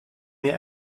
mehr